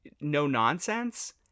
no-nonsense